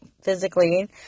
physically